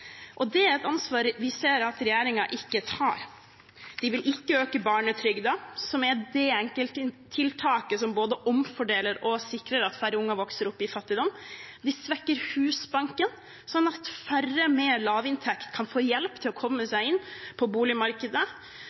det. Det er et ansvar vi ser at regjeringen ikke tar. De vil ikke øke barnetrygden, som er det enkelttiltaket som både omfordeler og sikrer at færre barn vokser opp i fattigdom. De svekker Husbanken, slik at færre med lavinntekt kan få hjelp til å komme seg inn på boligmarkedet